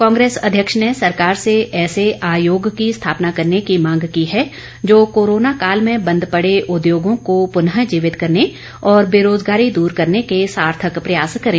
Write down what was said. कांग्रेस अध्यक्ष ने सरकार से ऐसे आयोग की स्थापना करने की मांग की है जो कोरोना काल में बंद पड़े उद्योगों को पुनःजीवित करने और बेरोजगारी दूर करने के सार्थक प्रयास करें